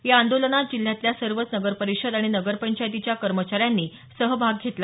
या आंदोलनात जिल्ह्यातल्या सर्वच नगरपरिषद आणि नगरपंचायतीच्या कर्मचाऱ्यांनी सहभाग घेतला